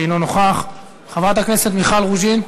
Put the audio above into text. אינו נוכח, חברת הכנסת מיכל רוזין,